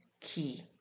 key